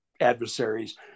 adversaries